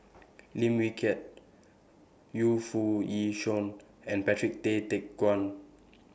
Lim Wee Kiak Yu Foo Yee Shoon and Patrick Tay Teck Guan